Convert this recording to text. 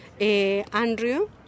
Andrew